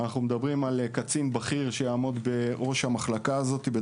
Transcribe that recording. אנחנו מדברים על קצין בכיר בדרגת ניצב משנה שיעמוד בראש המחלקה הזאת,